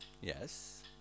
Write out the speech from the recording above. Yes